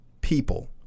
people